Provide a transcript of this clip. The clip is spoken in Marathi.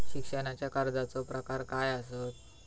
शिक्षणाच्या कर्जाचो प्रकार काय आसत?